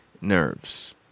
nerves